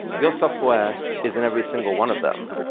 your software is in every single one of them.